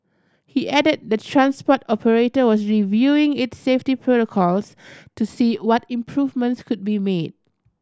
he added the transport operator was reviewing its safety protocols to see what improvements could be made